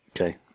Okay